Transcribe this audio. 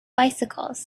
bicycles